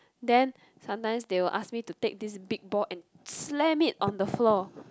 then sometimes they will ask me to take this big ball and slam it on the floor